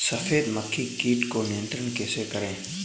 सफेद मक्खी कीट को नियंत्रण कैसे करें?